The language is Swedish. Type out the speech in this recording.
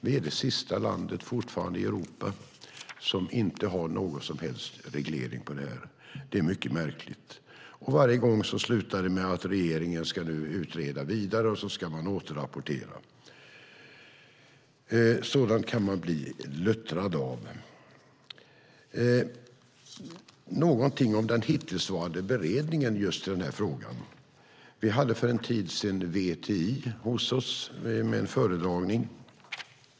Vi är det sista landet i Europa som fortfarande inte har någon som helst reglering på det här området. Det är mycket märkligt. Varje gång slutar det med att regeringen ska utreda vidare, och så ska man återrapportera. Sådant kan man bli luttrad av. Jag ska säga någonting om den hittillsvarande beredningen just i den här frågan. Vi hade för en tid sedan VTI hos oss med en föredragning.